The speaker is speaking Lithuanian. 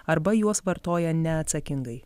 arba juos vartoja neatsakingai